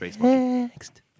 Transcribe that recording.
Next